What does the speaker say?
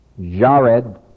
Jared